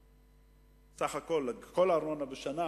כל הארנונה בשנה